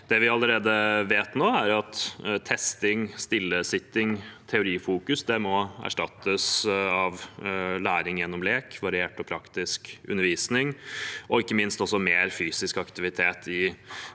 Det vi vet allerede nå, er at testing, stillesitting og teorifokus må erstattes av læring gjennom lek, variert og praktisk undervisning og ikke minst også av mer fysisk aktivitet i